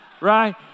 Right